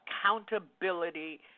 accountability